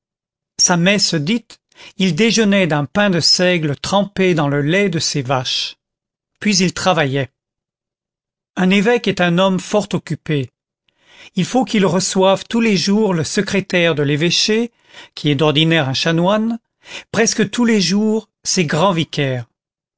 sa messe dite il déjeunait d'un pain de seigle trempé dans le lait de ses vaches puis il travaillait un évêque est un homme fort occupé il faut qu'il reçoive tous les jours le secrétaire de l'évêché qui est d'ordinaire un chanoine presque tous les jours ses grands vicaires